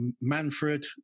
Manfred